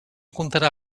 contarà